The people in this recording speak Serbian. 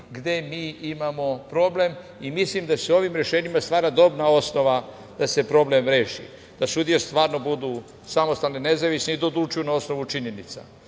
gde mi imamo problem i mislim da se ovim rešenjima stvara dobra osnova da se problem reši, da sudije stvarno budu samostalni i nezavisni i da odlučuju na osnovu činjenica,